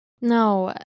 No